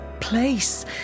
place